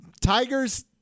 Tigers